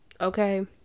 Okay